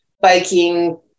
biking